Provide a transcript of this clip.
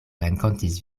renkontis